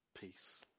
peace